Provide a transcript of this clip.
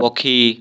ପକ୍ଷୀ